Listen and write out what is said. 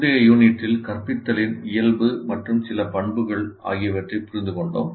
முந்தைய யூனிட்டில் கற்பித்தலின் இயல்பு மற்றும் சில பண்புகள் ஆகியவற்றைப் புரிந்துகொண்டோம்